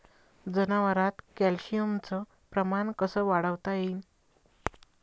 जनावरात कॅल्शियमचं प्रमान कस वाढवता येईन?